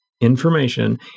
information